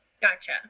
Gotcha